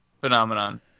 phenomenon